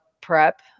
prep